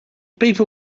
people